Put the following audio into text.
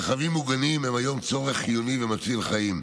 מרחבים ממוגנים הם היום צורך חיוני ומציל חיים.